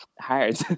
hard